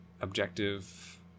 objective